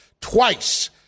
twice